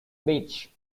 beach